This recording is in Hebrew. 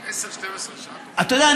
אתה יודע,